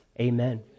Amen